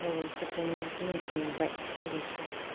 मबेलफोरजोंनो दिन थांबाय उन्दैफ्रा